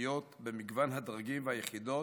האוכלוסיות במגוון הדרגים והיחידות,